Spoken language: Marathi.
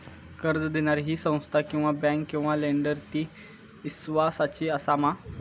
कर्ज दिणारी ही संस्था किवा बँक किवा लेंडर ती इस्वासाची आसा मा?